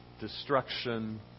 destruction